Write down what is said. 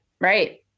Right